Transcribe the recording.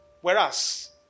Whereas